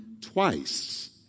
twice